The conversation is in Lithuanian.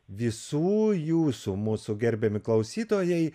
visų jūsų mūsų gerbiami klausytojai